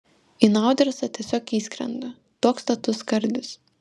į naudersą tiesiog įskrendu toks status skardis